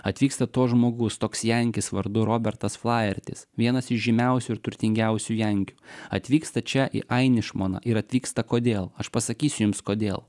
atvyksta to žmogus toks jankis vardu robertas flaertis vienas įžymiausių ir turtingiausių jankių atvyksta čia į ainišmoną ir atvyksta kodėl aš pasakysiu jums kodėl